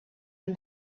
and